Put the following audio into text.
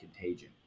contagion